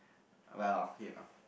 well ya